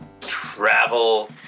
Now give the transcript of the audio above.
travel